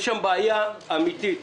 יש שם בעיה אמיתית.